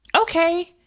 okay